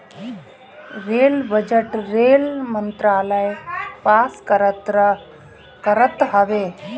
rail budget rail मंत्रालय पास करत हवे